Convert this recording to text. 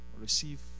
receive